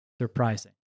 surprising